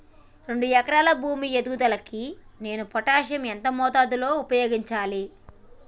రెండు ఎకరాల భూమి లో ఎదుగుదలకి నేను పొటాషియం ఎంత మోతాదు లో ఉపయోగించాలి?